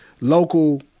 local